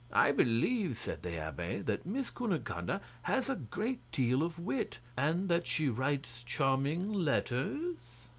i believe, said the abbe, that miss cunegonde and has a great deal of wit, and that she writes charming letters?